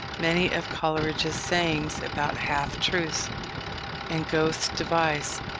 many of coleridge's sayings about half truths and goethe's device,